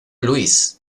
luís